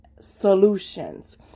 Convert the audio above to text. solutions